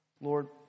Lord